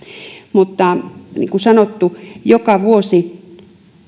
mutta niin kuin sanottu joka vuosi